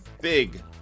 big